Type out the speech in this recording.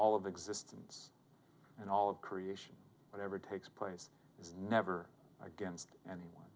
all of existence and all of creation whatever takes place is never against anyone